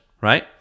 right